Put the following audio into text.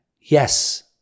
Yes